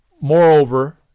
Moreover